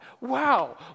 Wow